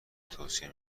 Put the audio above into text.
توصیه